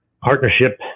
partnership